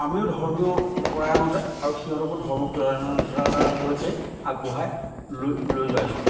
আমিও ধৰ্মীয় পৰায়ণতা আৰু সিহঁতকো ধৰ্মীয় পৰায়ণতালৈকে আগবঢ়াই লৈ লৈ যাইছোঁ